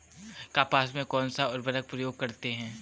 कपास में कौनसा उर्वरक प्रयोग करते हैं?